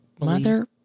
mother